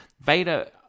Vader